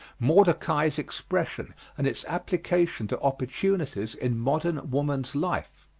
mordecai's expression and its application to opportunities in modern woman's life.